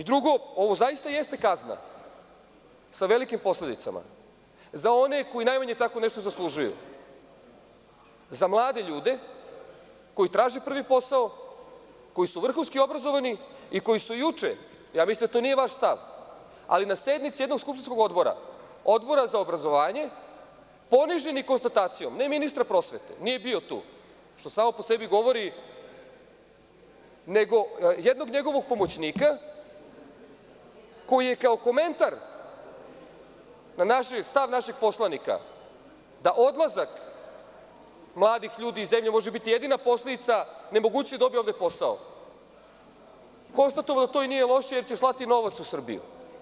Drugo, ovo zaista jeste kazna sa velikim posledicama za one koji najmanje tako nešto zaslužuju, za mlade ljude koji traže prvi posao, koji su vrhunski obrazovani i koji su juče, ja mislim da to nije vaš stav, ali na sednici jednog skupštinskog odbora, Odbora za obrazovanje, poniženi konstatacijom, ne ministra prosvete, nije bio tu, što samo po sebi govori, nego jednog njegovog pomoćnika, koji je kao komentar na stav našeg poslanika da odlazak mladih ljudi iz zemlje može biti jedina posledica nemogućnosti da dobije ovde posao, konstatovao je i to nije loše, jer će slati novac u Srbiju.